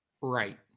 right